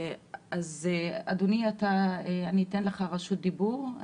אדוני, אתן לך רשות דיבור.